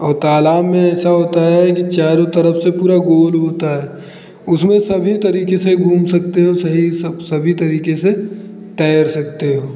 और तालाब में ऐसा होता है कि चारों तरफ से पूरा गोल होता है उसमें सभी तरीके से घूम सकते हो सही सब सभी तरीके से तैर सकते हो